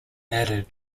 added